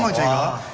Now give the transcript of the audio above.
job